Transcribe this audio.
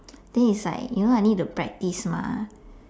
then is like you know I need to practice mah